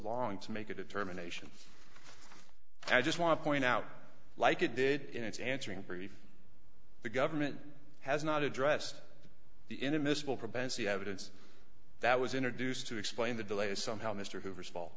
long to make a determination i just want to point out like it did in its answering brief the government has not addressed the inadmissible propensity evidence that was introduced to explain the delay somehow mr hoover small